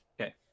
Okay